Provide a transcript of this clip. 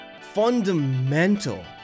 fundamental